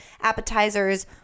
appetizers